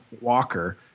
Walker